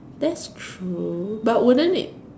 that's true but wouldn't it